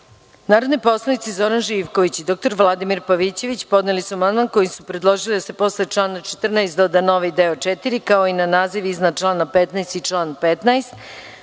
poslanici Zoran Živković i dr Vladimir Pavićević podneli su amandman kojim su predložili da se posle člana 14. doda novi deo IV, kao i na naziv iznad člana 15. i član